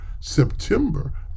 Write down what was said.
september